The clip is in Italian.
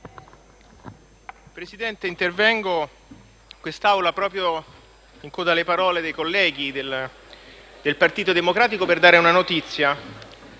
Presidente, intervengo in quest'Aula, in coda alle parole dei colleghi del Partito democratico, per dare una notizia: